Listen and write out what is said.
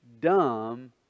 dumb